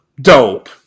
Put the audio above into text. Dope